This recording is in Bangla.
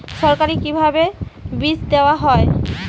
সরকারিভাবে কি বীজ দেওয়া হয়?